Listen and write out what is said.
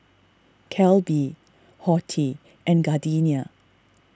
Calbee Horti and Gardenia